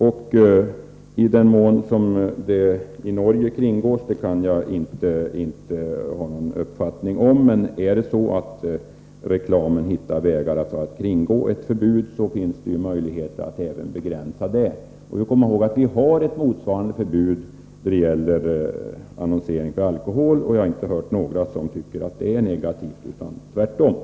I vilken mån detta kringgås i Norge kan jag inte ha någon uppfattning om, men är det så att reklamen hittar vägar att kringgå ett förbud, finns det ju möjlighet att begränsa även dem. Man skall komma ihåg att vi har ett motsvarande förbud mot annonsering för alkohol, och jag har inte hört någon som tycker att det är negativt, tvärtom.